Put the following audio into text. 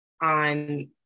on